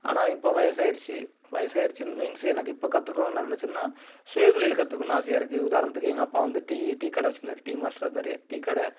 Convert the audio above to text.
ஆனால் இப்போ வயசாகிடிச்சி வயசாகிடிச்சி மீன்ஸ் எனக்கு இப்போ கற்றுக்கணுன்னு நான் நினச்சேன்னா சுயதொழில் கற்றுக்கணுன்னு ஆசையாக இருக்குது உதாரணத்துக்கு எங்கள் அப்பா வந்து டீ டீ கடை வெச்சுருந்தாரு டீ மாஸ்ட்ராக இருந்தார் டீ கடை